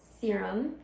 serum